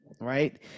right